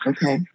Okay